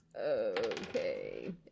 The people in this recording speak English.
Okay